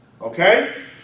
Okay